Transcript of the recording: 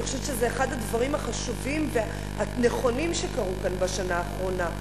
אני חושבת שזה אחד הדברים החשובים והנכונים שקרו כאן בשנה האחרונה,